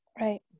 Right